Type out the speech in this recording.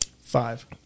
five